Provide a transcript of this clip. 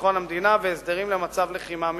בביטחון המדינה והסדרים למצב לחימה מיוחד.